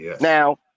now